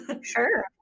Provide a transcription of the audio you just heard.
Sure